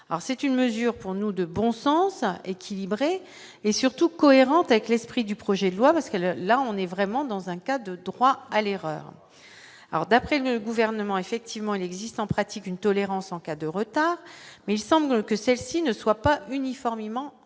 c'est une mesure pour nous de bon sens à équilibré et surtout cohérentes avec l'esprit du projet de loi parce que le là on est vraiment dans un cas de droit à l'erreur, alors, d'après le gouvernement, effectivement elles existe en pratique une tolérance en cas de retard mais il semble que celle-ci ne soient pas uniformément appliquée